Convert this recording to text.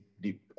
deep